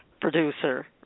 producer